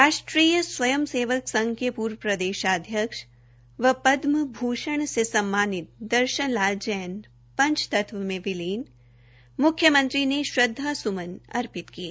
राष्ट्रीय स्वयं सेवक संघ के ूर्व प्रदेशाध्यक्ष व दम भूषण से सम्मानित दर्शन लाल नैन ांच तत्व में विलीन मुख्यमंत्री ने श्रद्धासम्न अर्थित किये